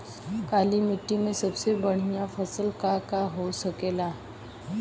काली माटी में सबसे बढ़िया फसल का का हो सकेला?